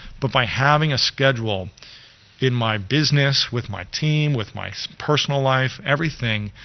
but by having a schedule in my business, with my team, with my personal life, everything,